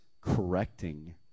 correcting